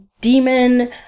demon